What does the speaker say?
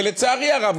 ולצערי הרב,